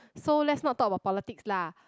so let's not talk about politics lah